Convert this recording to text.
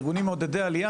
בארגונים מעודדי עלייה,